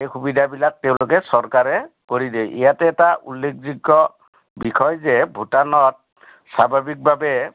এই সুবিধাবিলাক তেওঁলোকে চৰকাৰে কৰি দিয়ে ইয়াতে এটা উল্লেখযোগ্য বিষয় যে ভূটানত স্বাভাৱিকভাৱে